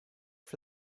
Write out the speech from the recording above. for